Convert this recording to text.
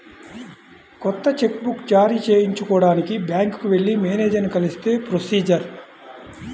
కొత్త cheque book జారీ చేయించుకోడానికి బ్యాంకుకి వెళ్లి మేనేజరుని కలిస్తే ప్రొసీజర్